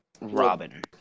Robin